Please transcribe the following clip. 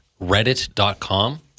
reddit.com